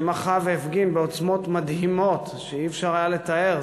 שמחה והפגין בעוצמות מדהימות שלא היה אפשר לתאר.